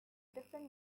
different